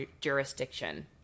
jurisdiction